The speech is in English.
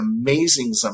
amazing